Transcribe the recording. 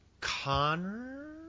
Connor